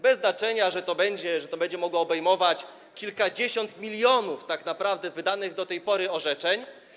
Bez znaczenia, że to będzie mogło obejmować kilkadziesiąt milionów, tak naprawdę, wydanych do tej pory orzeczeń.